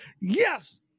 yes